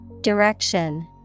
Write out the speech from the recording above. Direction